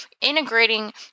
integrating